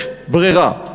יש ברירה.